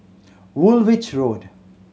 Woolwich Road